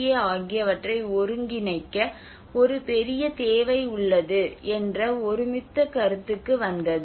ஏ ஆகியவற்றை ஒருங்கிணைக்க ஒரு பெரிய தேவை உள்ளது என்ற ஒருமித்த கருத்துக்கு வந்தது